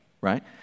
right